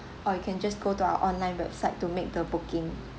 or you can just go to our online website to make the booking